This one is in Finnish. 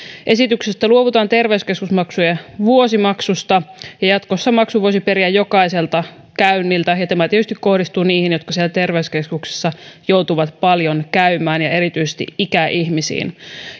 esityksessä luovutaan terveyskeskusmaksujen vuosimaksusta ja jatkossa maksun voisi periä jokaiselta käynniltä tämä kohdistuu tietysti niihin jotka siellä terveyskeskuksessa joutuvat paljon käymään ja erityisesti ikäihmisiin